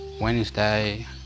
Wednesday